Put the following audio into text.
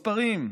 מספרים,